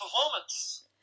performance